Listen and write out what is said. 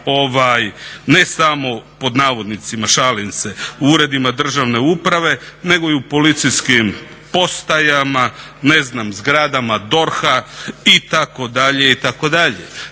ne samo pod navodnicima, šalim se, u uredima državne uprave nego i u policijskim postajama, zgradama DORH-a itd.,